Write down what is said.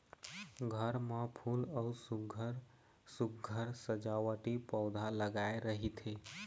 घर म फूल अउ सुग्घर सुघ्घर सजावटी पउधा लगाए रहिथे